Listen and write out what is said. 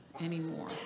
anymore